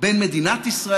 בין מדינת ישראל